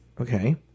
okay